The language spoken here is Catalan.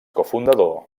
cofundador